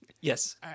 Yes